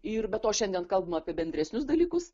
ir be to šiandien kalbam apie bendresnius dalykus